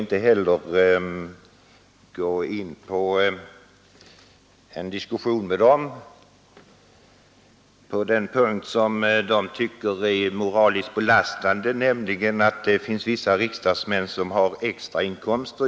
Inte heller skall jag gå in på en diskussion med dem på den punkt som de tycker är moraliskt belastande, nämligen att det finns vissa riksdagsmän som har extrainkomster.